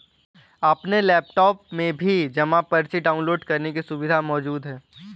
अपने लैपटाप में भी जमा पर्ची डाउनलोड करने की सुविधा मौजूद होती है